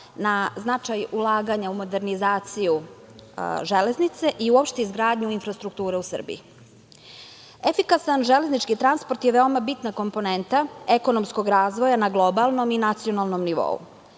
na značaj ulaganja u modernizaciju železnice i uopšte izgradnju u infrastrukture u Srbiji. Efikasan železnički transport je veoma bitna komponenta, ekonomskog razvoja na globalnom i nacionalnom nivou.